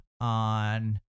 on